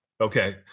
Okay